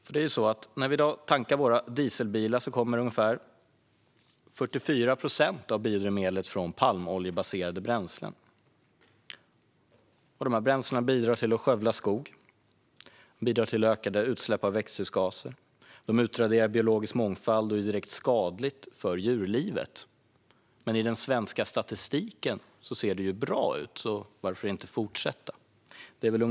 När vi i dag tankar våra dieselbilar kommer ungefär 44 procent av biodrivmedlen från palmoljebaserade bränslen. Dessa bidrar till att skövla skog och till ökade utsläpp av växthusgaser. De utraderar biologisk mångfald och är direkt skadliga för djurlivet. Men i den svenska statistiken ser det bra ut, så varför inte fortsätta?